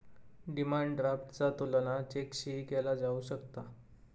demand ड्राफ्टचा तुलना चेकशीही केला जाऊ शकता